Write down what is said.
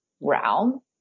realm